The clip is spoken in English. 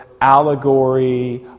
allegory